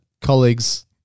colleague's